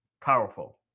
powerful